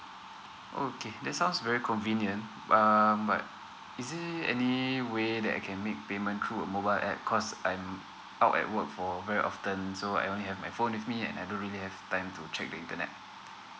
oh okay that's sounds very convenient uh but is there any way that I can make payment through a mobile app cause um I'll out at work for very often so I only have my phone with me and I don't really have time to check the internet